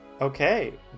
Okay